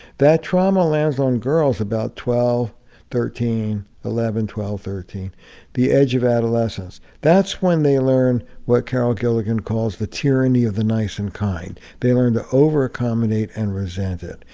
that trauma lands on girls about twelve eleven, twelve, thirteen the edge of adolescence. that's when they learn what carol gilligan calls the tyranny of the nice and kind. they learn to over-accommodate, and resent it.